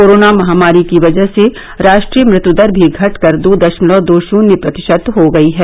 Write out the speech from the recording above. corona महामारी की वजह से राष्ट्रीय मृत्यु दर भी घटकर दो दशमलव दो शून्य प्रतिशत हो गयी है